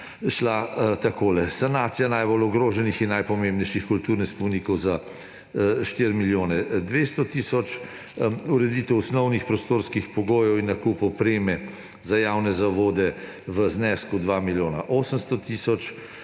šla takole: sanacija najbolj ogroženih in najpomembnejših kulturnih spomenikov za 4 milijone 200 tisoč, ureditev osnovnih prostorskih pogojev in nakup opreme za javne zavode v znesku 2 milijona 800 tisoč,